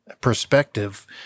perspective